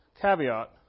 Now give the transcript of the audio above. Caveat